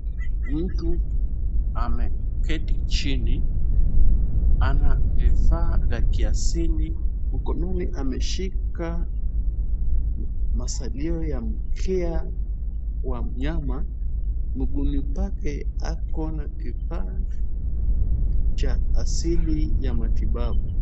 Mtu ameketi chini. Ana vifaa ya vya kiasili, mkononi ameshika masalio ya mkia wa mnyama. Mguuni pake ako na kifaa cha asili ya matibabu.